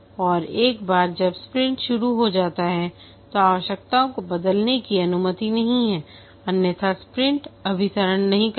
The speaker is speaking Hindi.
और एक बार जब स्प्रिंट शुरू हो जाता है तो आवश्यकताओं को बदलने की अनुमति नहीं है अन्यथा स्प्रिंट अभिसरण नहीं करेगा